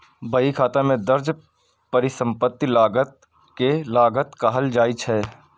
बहीखाता मे दर्ज परिसंपत्ति लागत कें लागत कहल जाइ छै